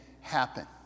happen